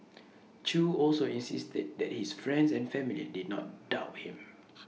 chew also insisted that his friends and family did not doubt him